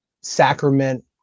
sacrament